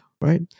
right